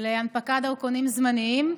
להנפקת דרכונים זמניים.